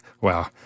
Wow